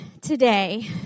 today